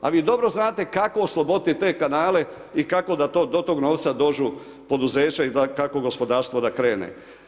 A vi dobro znate kako osloboditi te kanale i kako da tog novca dođu poduzeća i kako gospodarstvo da krene.